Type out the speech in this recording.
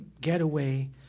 getaway